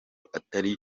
atari